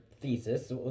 thesis